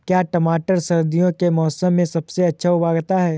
क्या टमाटर सर्दियों के मौसम में सबसे अच्छा उगता है?